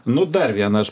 nu dar vienas